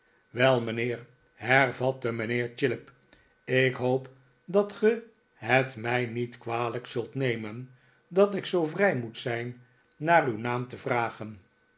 wel mijnheer hervatte mijnheer chillip ik hoop dat ge het mij niet kwalijk zult nemen dat ik zoo vrij moet zijn naar uw naam te vragen